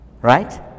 right